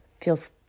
feels